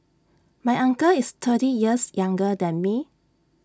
my uncle is thirty years younger than me